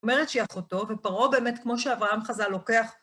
אומרת שהיא אחותו, ופרעה באמת כמו שאברהם חזה לוקח.